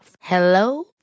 Hello